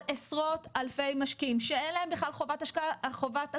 עשרות אלפי משקיעים שאין להם בכלל חובת הגשה,